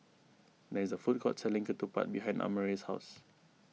there is a food court selling Ketupat behind Amare's house